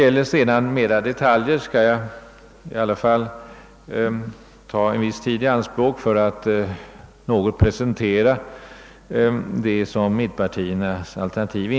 När det sedan gäller andra detaljer skall jag trots allt ta en viss tid i anspråk för att presentera mittenpartiernas alternativ.